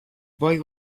boy